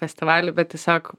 festivalį bet tiesiog